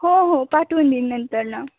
हो हो पाठवून देईन नंतर ना